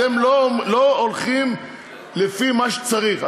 אתם לא הולכים לפי מה שצריך.